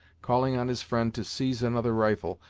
calling on his friend to seize another rifle,